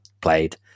played